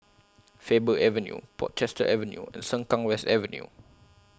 Faber Avenue Portchester Avenue and Sengkang West Avenue